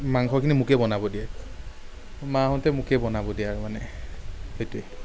মাংসখিনি মোকে বনাব দিয়ে মাহঁতে মোকে বনাব দিয়ে আৰু মানে সেইটোৱেই